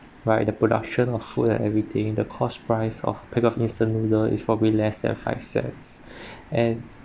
while the production of food and everything the cost price of pickup instant noodle is probably less than five cents and